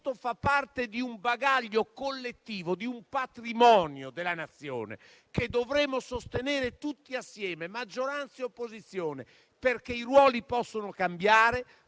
ciò fa parte di un bagaglio collettivo e di un patrimonio della Nazione, che dovremmo sostenere tutti assieme, maggioranza e opposizione, perché i nostri ruoli possono cambiare,